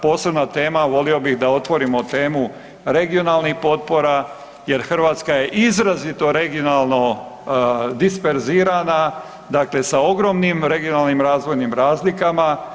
Posebna tema, volio bih da otvorimo temu regionalnih potpora jer Hrvatska je izrazito regionalno disperzirana, dakle sa ogromnim regionalnim razvojnim razlikama.